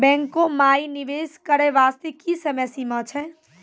बैंको माई निवेश करे बास्ते की समय सीमा छै?